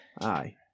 aye